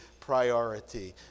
priority